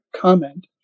comment